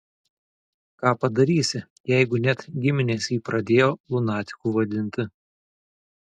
ką padarysi jeigu net giminės jį pradėjo lunatiku vadinti